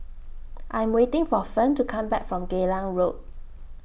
I'm waiting For Fern to Come Back from Geylang Road